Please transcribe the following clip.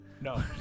No